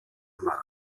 march